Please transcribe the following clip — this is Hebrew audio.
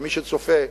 למי שצופה,